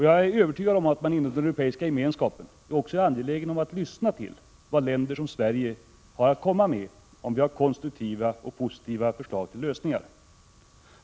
Jag är övertygad om att man inom den Europeiska gemenskapen också är angelägen om att lyssna till vad länder som Sverige har att komma med — om vi har konstruktiva och positiva förslag till lösningar.